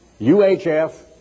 UHF